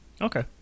Okay